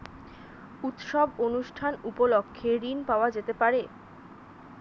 উৎসব অনুষ্ঠান উপলক্ষে ঋণ পাওয়া যেতে পারে?